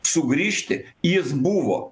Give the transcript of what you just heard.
sugrįžti jis buvo